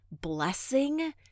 blessing